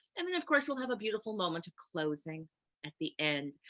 and then, of course, we'll have a beautiful moment of closing at the end.